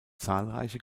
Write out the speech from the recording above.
zahlreiche